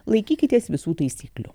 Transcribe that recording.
laikykitės visų taisyklių